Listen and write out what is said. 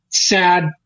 Sad